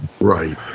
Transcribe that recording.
Right